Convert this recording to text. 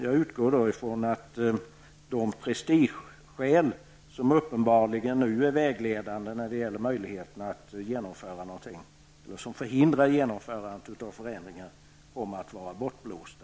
Jag utgår då från att de prestigeskäl som uppenbarligen nu är vägledande och förhindrar genomförandet av förändringar kommer att vara bortblåsta.